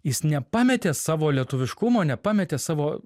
jis nepametė savo lietuviškumo nepametė savo